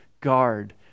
Guard